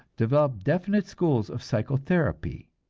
developed definite schools of psychotherapy.